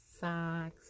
socks